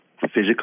physically